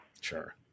Sure